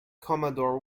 commodore